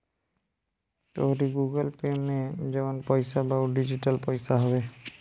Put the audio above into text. तोहरी Google Pay में जवन पईसा बा उ डिजिटल पईसा हवे